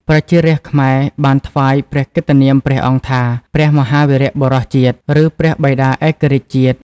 ប្រជារាស្ត្រខ្មែរបានថ្វាយព្រះកិត្តិនាមព្រះអង្គថា "ព្រះមហាវីរបុរសជាតិ ឬព្រះបិតាឯករាជ្យជាតិ"។